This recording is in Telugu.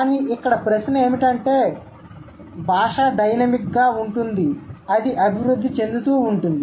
కానీ ఇక్కడ ప్రశ్న ఏమిటంటే భాష డైనమిక్గా ఉంటుంది అది అభివృద్ధి చెందుతూ ఉంటుంది